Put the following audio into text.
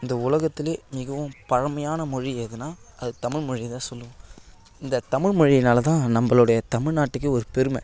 இந்த உலகத்துலேயே மிகவும் பழமையான மொழி எதுன்னால் அது தமிழ் மொழி தான் சொல்லுவோம் இந்த தமிழ் மொழியினால் தான் நம்மளுடைய தமிழ் நாட்டுக்கு ஒரு பெருமை